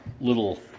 little